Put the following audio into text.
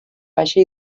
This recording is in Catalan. baixa